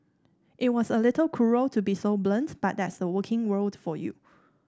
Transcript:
it's a little cruel to be so blunt but that's the working world for you